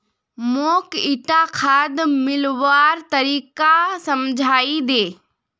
मौक ईटा खाद मिलव्वार तरीका समझाइ दे